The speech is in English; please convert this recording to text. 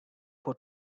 for